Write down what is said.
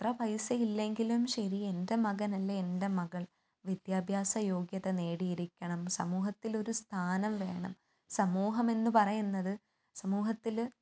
എത്ര പൈസ ഇല്ലങ്കിലും ശരി എൻ്റെ മകൻ അല്ലേ എൻ്റെ മകൾ വിദ്യാഭ്യാസ യോഗ്യത നേടിയിരിക്കണം സമൂഹത്തിലൊരു സ്ഥാനം വേണം സമൂഹം എന്ന് പറയുന്നത് സമൂഹത്തില്